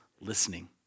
listening